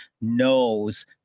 knows